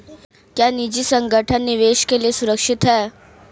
क्या निजी संगठन निवेश के लिए सुरक्षित हैं?